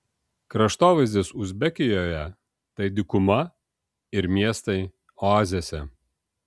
kraštovaizdis uzbekijoje tai dykuma ir miestai oazėse